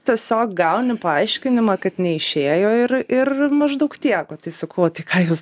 tiesiog gauni paaiškinimą kad neišėjo ir ir maždaug tiek o tai sakau o tai ką jūs